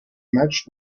match